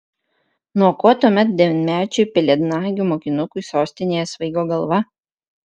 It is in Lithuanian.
nuo ko tuomet devynmečiui pelėdnagių mokinukui sostinėje svaigo galva